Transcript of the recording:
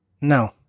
No